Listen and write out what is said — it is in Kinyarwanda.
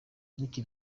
nick